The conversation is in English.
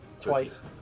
Twice